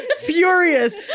furious